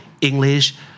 English